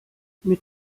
mit